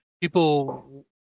people